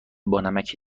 بانمکی